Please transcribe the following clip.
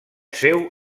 seu